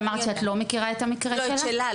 ואמרת שאת לא מכירה את המקרה שלה --- את שלה,